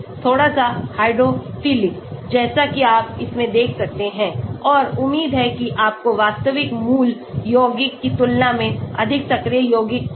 थोड़ा सा हाइड्रोफिलिक जैसा कि आप इसमें देख सकते हैं और उम्मीद है कि आपको वास्तविक मूल यौगिक की तुलना में अधिक सक्रिय यौगिक मिल सकता है